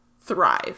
thrive